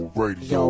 radio